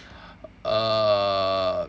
err